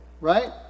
right